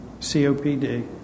COPD